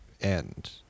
end